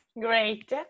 Great